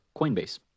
Coinbase